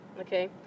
okay